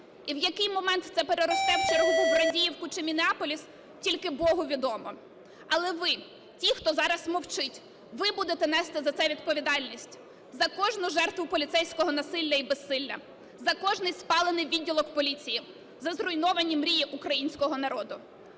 І в який момент це переросте в чергову Врадіївку чи Міннеаполіс, тільки Богу. Але ви, ті хто зараз мовчить, ви будете нести за це відповідальність: за кожну жертву поліцейського насилля і безсилля, за кожний спалений відділок поліції, за зруйновані мрії українського народу.